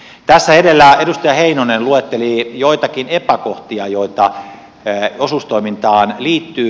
tässä edellä edustaja heinonen luetteli joitakin epäkohtia joita osuustoimintaan liittyy